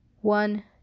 One